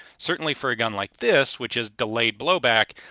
certainly for a gun like this, which is delayed blowback,